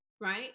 right